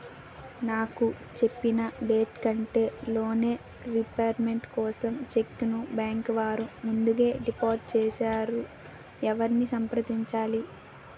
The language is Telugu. నాకు చెప్పిన డేట్ కంటే లోన్ రీపేమెంట్ కోసం చెక్ ను బ్యాంకు వారు ముందుగా డిపాజిట్ చేసారు ఎవరిని సంప్రదించాలి?